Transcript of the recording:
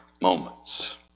moments